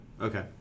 Okay